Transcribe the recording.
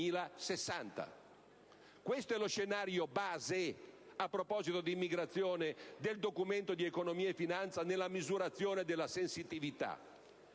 Questo è lo scenario base, a proposito di immigrazione, del Documento di economia e finanza nella misurazione della sensitività.